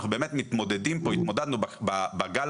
אנחנו באמת מתמודדים פה,